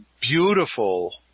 beautiful